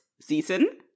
season